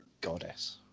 Goddess